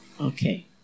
Okay